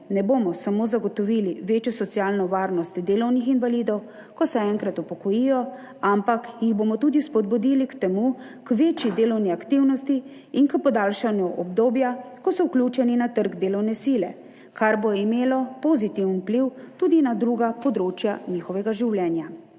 ne bomo zagotovili samo večje socialne varnosti delovnih invalidov, ko se enkrat upokojijo, ampak jih bomo tudi spodbudili k večji delovni aktivnosti in k podaljšanju obdobja, ko so vključeni na trg delovne sile, kar bo imelo pozitiven vpliv tudi na druga področja njihovega življenja.